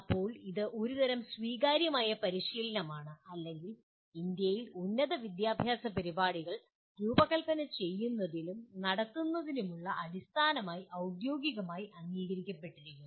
ഇപ്പോൾ ഇത് ഒരുതരം സ്വീകാര്യമായ പരിശീലനമാണ് അല്ലെങ്കിൽ ഇന്ത്യയിൽ ഉന്നത വിദ്യാഭ്യാസ പരിപാടികൾ രൂപകൽപ്പന ചെയ്യുന്നതിനും നടത്തുന്നതിനുമുള്ള അടിസ്ഥാനമായി ഔദ്യോഗികമായി അംഗീകരിക്കപ്പെട്ടിരിക്കുന്നു